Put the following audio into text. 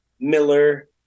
miller